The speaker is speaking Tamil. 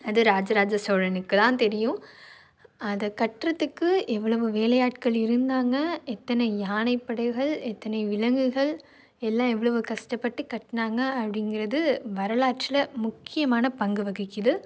அது ராஜ ராஜ சோழனுக்கு தான் தெரியும் அதை கட்டுறதுக்கு எவ்வளவு வேலை ஆட்கள் இருந்தாங்க எத்தனை யானை படைகள் எத்தனை விலங்குகள் எல்லாம் எவ்வளவு கஷ்டப்பட்டு கட்டுனாங்க அப்படிங்கிறது வரலாற்றில் முக்கியமான பங்கு வகிக்கிறது